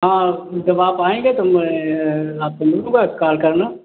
हाँ जब आप आएँगे तो मैं आप से मिल लूँगा काल करना